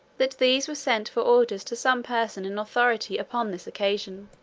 that these were sent for orders to some person in authority upon this occasion.